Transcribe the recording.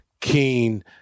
keen